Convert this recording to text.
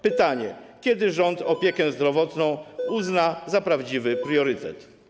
Pytanie: Kiedy rząd opiekę zdrowotną uzna za prawdziwy priorytet?